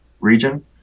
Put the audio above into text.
region